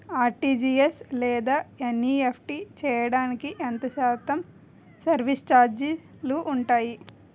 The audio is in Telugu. ఆర్.టీ.జీ.ఎస్ లేదా ఎన్.ఈ.ఎఫ్.టి చేయడానికి ఎంత శాతం సర్విస్ ఛార్జీలు ఉంటాయి?